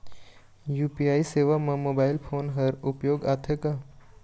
UPI सेवा म mobile phone हर उपयोग आथे का?